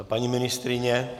Paní ministryně?